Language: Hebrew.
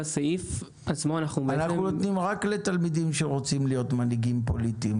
אנחנו נותנים להתבטא רק לתלמידים שרוצים להיות מנהיגים פוליטיים.